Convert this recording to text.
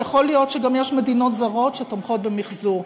יכול להיות שגם יש מדינות זרות שתומכות במחזור,